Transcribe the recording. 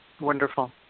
Wonderful